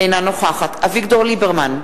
אינה נוכחת אביגדור ליברמן,